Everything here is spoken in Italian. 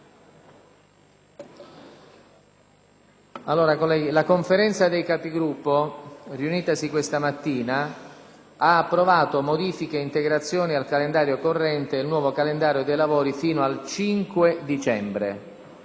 La Conferenza dei Capigruppo, riunitasi questa mattina, ha approvato modifiche e integrazioni al calendario corrente e il nuovo calendario dei lavori fino al 5 dicembre.